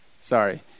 Sorry